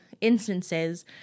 instances